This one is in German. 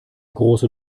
große